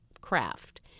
craft